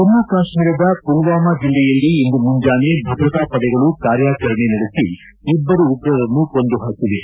ಜಮ್ಮು ಕಾಶ್ಮೀರದ ಪುಲ್ವಾಮ ಜಿಲ್ಲೆಯಲ್ಲಿ ಇಂದು ಮುಂಜಾನೆ ಭದ್ರತಾ ಪಡೆಗಳು ಕಾರ್ಯಾಚರಣೆ ನಡೆಸಿ ಇಬ್ಬರು ಉಗ್ರರನ್ನು ಕೊಂದುಹಾಕಿವೆ